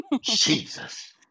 Jesus